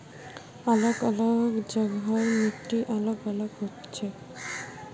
अलग अलग जगहर मिट्टी अलग अलग हछेक